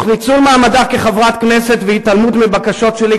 תוך ניצול מעמדה כחברת כנסת והתעלמות מבקשות שלי,